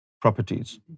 properties